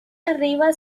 arriba